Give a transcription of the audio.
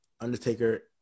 undertaker